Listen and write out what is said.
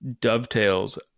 dovetails